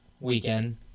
weekend